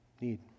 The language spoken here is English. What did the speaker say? need